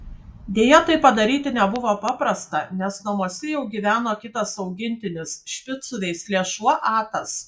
deja tai padaryti nebuvo paprasta nes namuose jau gyveno kitas augintinis špicų veislės šuo atas